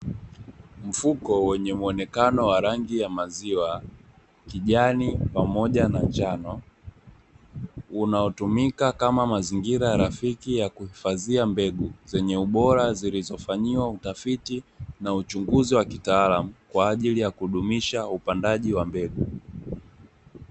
Mfuko wenye muonekano wa rangi ya maziwa, kijani pamoja na njano, unaotumika kama mazingira rafiki ya kuhifadhia mbegu zenye ubora, zilizofanyiwa utafiti na uchunguzi wa kitaalamu kwa ajili ya kudumisha upandaji wa mbegu.